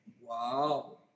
Wow